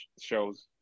shows